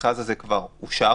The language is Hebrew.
המכרז כבר אושר